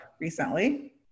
recently